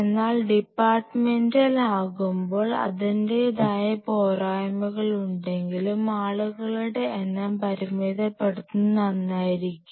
എന്നാൽ ഡിപ്പാർട്മെന്റൽ ആകുമ്പോൾ അതിനത്തിന്റേതായ പോരായ്മകളുണ്ടെങ്കിലും ആളുകളുടെ എണ്ണം പരിമിതപ്പെടുത്തുന്നത് നന്നായിരിക്കും